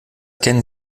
kennen